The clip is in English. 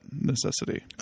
necessity